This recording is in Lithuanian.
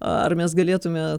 ar mes galėtume